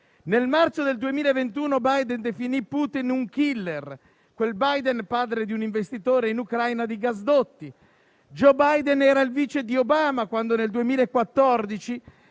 Nel marzo del 2021 Biden definì Putin un *killer*, quel Biden padre di un investitore in Ucraina di gasdotti. Joe Biden era il vice di Obama nel 2014,